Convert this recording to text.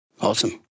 Awesome